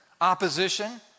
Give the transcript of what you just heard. opposition